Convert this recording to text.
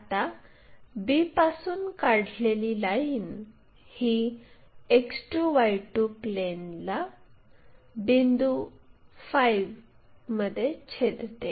आता b पासून काढलेली लाईन ही X2 Y2 प्लेनला बिंदू 5 मध्ये छेदते